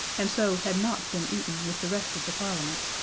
and so had not been eaten with the rest of the parliament,